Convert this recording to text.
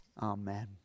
Amen